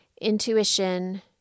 intuition